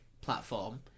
platform